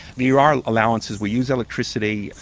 you are. allowances we use electricity,